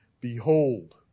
Behold